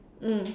mm